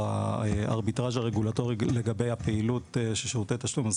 הארביטראז' הרגולטורי לגבי הפעילות של שירותי תשלום.